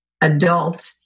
adult